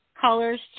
colors